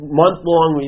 month-long